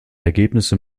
ergebnisse